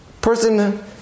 person